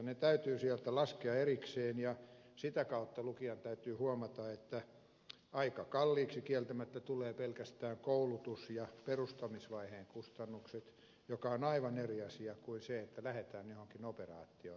ne täytyy sieltä laskea erikseen ja sitä kautta lukijan täytyy huomata että aika kalliiksi kieltämättä tulevat pelkästään koulutus ja perustamisvaiheen kustannukset jotka ovat aivan eri asia kuin se että lähdetään johonkin operaatioon